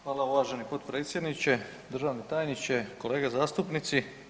Hvala uvaženi potpredsjedniče, državni tajniče, kolege zastupnici.